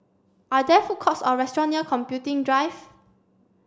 are there food courts or restaurants near Computing Drive